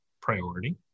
priority